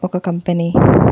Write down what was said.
ఒక కంపెనీ